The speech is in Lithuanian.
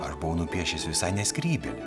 aš buvau nupiešęs visai ne skrybėlę